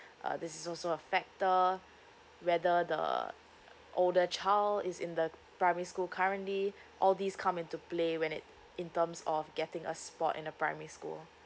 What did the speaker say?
uh this is also a factor whether the older child is in the primary school currently all this come into play when it in terms of getting a spot in the primary school